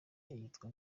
iyitwa